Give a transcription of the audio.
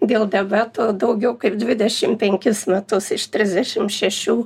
dėl diabeto daugiau kaip dvidešim penkis metus iš trisdešim šešių